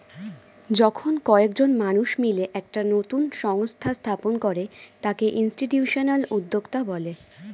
যখন কয়েকজন মানুষ মিলে একটা নতুন সংস্থা স্থাপন করে তাকে ইনস্টিটিউশনাল উদ্যোক্তা বলে